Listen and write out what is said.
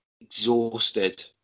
exhausted